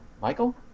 Michael